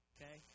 Okay